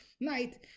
night